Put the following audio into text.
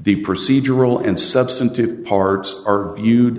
the procedural and substantive parts are viewed